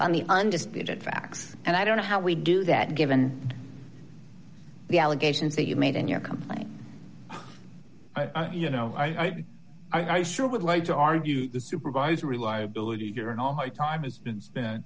on the undisputed facts and i don't know how we do that given the allegations that you made in your complaint you know i sure would like to argue the supervisor reliability during all my time has been spent